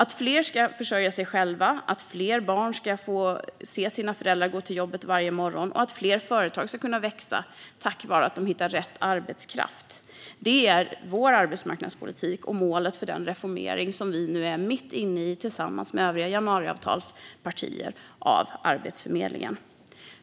Att fler ska försörja sig själva, att fler barn ska få se sina föräldrar gå till jobbet varje morgon och att fler företag ska kunna växa tack vare att de hittar rätt arbetskraft är vår arbetsmarknadspolitik och målet för den reformering av Arbetsförmedlingen som vi nu är mitt inne i tillsammans med övriga januariavtalspartier.